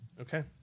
Okay